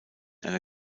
eine